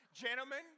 Gentlemen